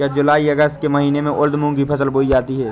क्या जूलाई अगस्त के महीने में उर्द मूंग की फसल बोई जाती है?